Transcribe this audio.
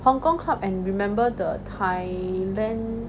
hong-kong club I remember the thailand